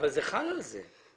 זה חל על זה.